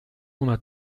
una